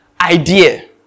idea